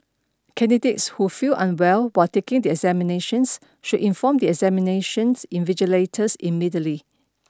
candidates who feel unwell while taking the examinations should inform the examinations invigilators immediately